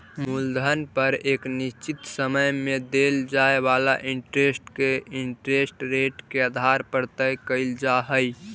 मूलधन पर एक निश्चित समय में देल जाए वाला इंटरेस्ट के इंटरेस्ट रेट के आधार पर तय कईल जा हई